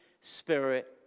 spirit